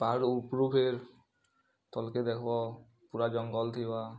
ପାହାଡ଼ ଉପ୍ରୁ ଫେର୍ ତଲ୍କେ ଦେଖ୍ବ ପୁରା ଜଙ୍ଗଲ୍ ଥିବା